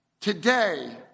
Today